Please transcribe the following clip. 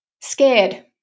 scared